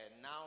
now